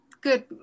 good